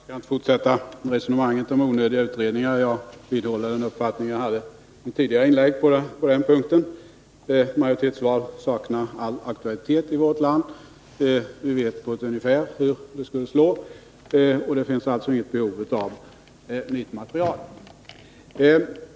Herr talman! Jag skall inte fortsätta resonemanget om onödiga utredningar. Jag vidhåller den uppfattning jag framförde i mitt tidigare inlägg på den här punkten. Majoritetsval saknar all aktualitet i vårt land. Vi vet på ett ungefär hur de skulle slå. Det finns alltså inget behov av nytt material.